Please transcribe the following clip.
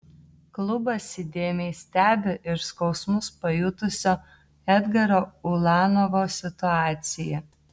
klubas įdėmiai stebi ir skausmus pajutusio edgaro ulanovo situaciją